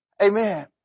Amen